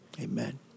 Amen